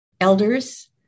elders